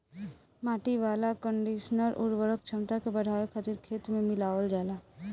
माटी वाला कंडीशनर उर्वरक क्षमता के बढ़ावे खातिर खेत में मिलावल जाला